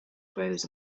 grows